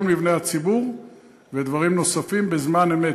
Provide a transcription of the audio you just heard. ואנחנו מתחייבים לתת את כל מבני הציבור ודברים נוספים בזמן אמת.